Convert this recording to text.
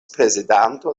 prezidanto